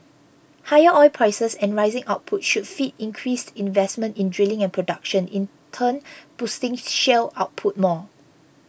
higher oil prices and rising output should feed increased investment in drilling and production in turn boosting shale output more